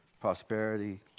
prosperity